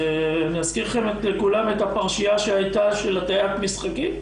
אני אזכיר לכם את הפרשייה שהייתה של הטיית משחקים,